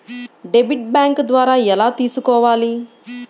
Debit bank ద్వారా ఎలా తీసుకోవాలి?